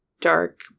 dark